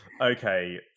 Okay